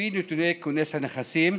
לפי נתוני כונס הנכסים,